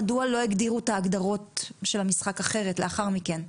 מדוע לא הגדירו את ההגדרות של המשחק אחרת לאחר מכן?